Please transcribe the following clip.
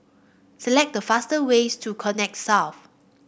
select the fastest ways to Connexis South